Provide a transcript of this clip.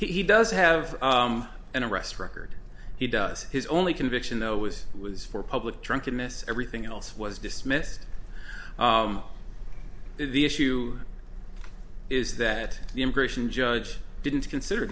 he does have an arrest record he does his only conviction though was was for public drunkenness everything else was dismissed the issue is that the immigration judge didn't consider